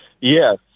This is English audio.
Yes